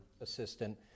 assistant